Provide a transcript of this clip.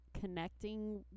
connecting